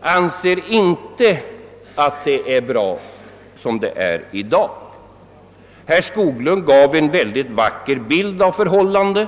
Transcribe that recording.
anser inte att dagens situation är tillfredsställande. Herr Skoglund gav en mycket vacker bild av förhållandena.